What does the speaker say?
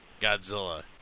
Godzilla